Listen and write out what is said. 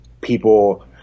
people